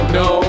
no